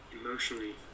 emotionally